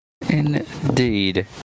Indeed